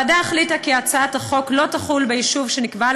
הוועדה החליטה כי הצעת החוק לא תחול ביישוב שנקבעה